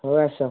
ହଉ ଆସ